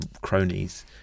cronies